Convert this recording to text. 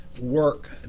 work